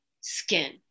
skin